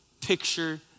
picture